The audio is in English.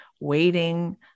waiting